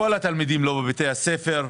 כל התלמידים לא בבתי הספר,